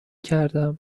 کردم